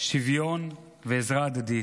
שוויון ועזרה הדדית,